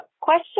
question